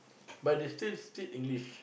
but they still speak English